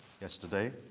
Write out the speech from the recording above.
Yesterday